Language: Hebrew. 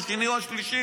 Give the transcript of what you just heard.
השני או השלישי.